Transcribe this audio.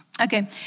Okay